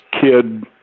kid